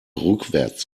rückwärts